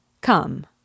Come